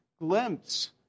glimpse